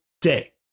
day